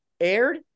aired